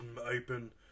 open